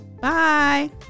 Bye